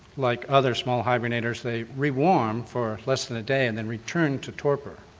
like other small hibernators, they rewarm for less than a day and then return to torpor.